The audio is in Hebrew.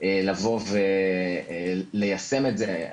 לבוא וליישם את זה.